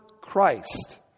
Christ